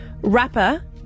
Rapper